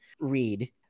read